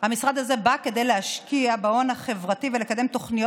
המשרד הזה בא כדי להשקיע בהון החברתי ולקדם תוכניות